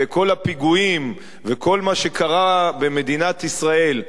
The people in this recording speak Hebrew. וכל הפיגועים וכל מה שקרה במדינת ישראל,